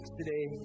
today